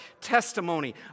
testimony